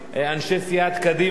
אנשי סיעת קדימה,